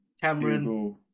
Cameron